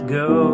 go